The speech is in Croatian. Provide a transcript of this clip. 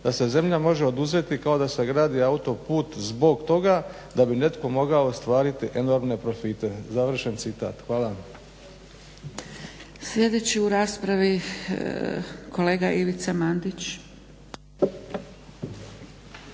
da se zemlja može oduzeti kao da se gradi autoput zbog toga da bi netko mogao ostvariti enormne profite." Završen citat. Hvala. **Zgrebec, Dragica (SDP)** Sljedeći u raspravi kolega Ivica Mandić.